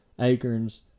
acorns